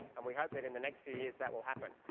and we hope that in the next few years that will happen.